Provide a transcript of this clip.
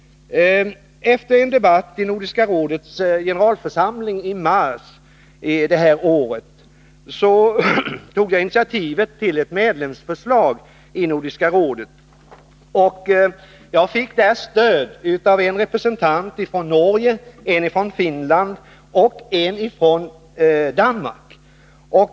Efter en debatt i Nordiska rådets generalförsamling i mars i år tog jag initiativ till ett medlemsförslag i Nordiska rådet. Jag fick stöd av en representant från Norge, en från Finland och en från Danmark.